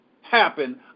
happen